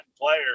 player